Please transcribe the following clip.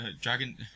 Dragon